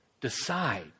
Decide